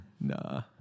Nah